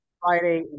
Friday